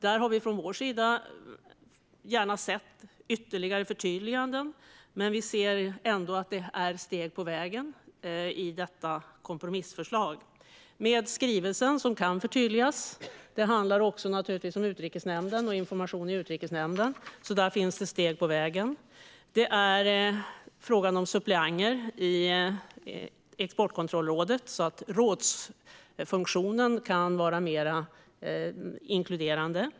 Där hade vi gärna sett ytterligare förtydliganden, men vi ser att det finns steg på vägen i kompromissförslaget. Skrivelsen kan förtydligas, och det handlar också om information i Utrikesnämnden. Där finns det steg på vägen. Vi har frågan om suppleanter i Exportkontrollrådet så att rådsfunktionen kan bli mer inkluderande.